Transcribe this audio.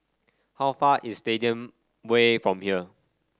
how far is Stadium Way from here